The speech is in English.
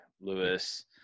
Lewis